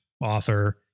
author